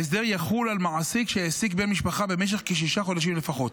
ההסדר יחול על מעסיק שהעסיק בן משפחה במשך כשישה חודשים לפחות.